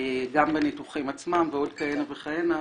גם בניתוחים עצמם ועוד כהנה וכהנה,